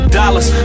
dollars